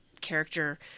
character